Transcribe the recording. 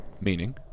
Meaning